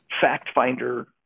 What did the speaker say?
fact-finder